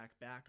back